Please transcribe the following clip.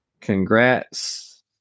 Congrats